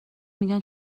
میگن